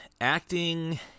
acting